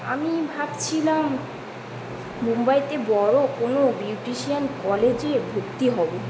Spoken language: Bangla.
আমি ভাবছিলাম মুম্বাইতে বড়ো কোনও বিউটিশিয়ান কলেজে ভর্তি হবো